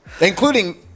including